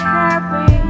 happy